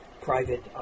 private